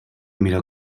miró